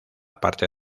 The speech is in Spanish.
parte